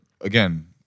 again